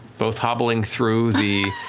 both hobbling through the